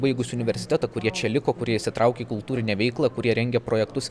baigusių universitetą kurie čia liko kurie įsitraukė į kultūrinę veiklą kurie rengia projektus